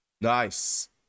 nice